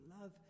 love